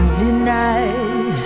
Midnight